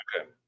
Okay